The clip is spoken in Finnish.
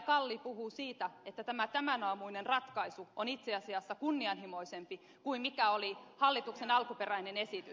kalli puhuu siitä että tämä tämänaamuinen ratkaisu on itse asiassa kunnianhimoisempi kuin oli hallituksen alkuperäinen esitys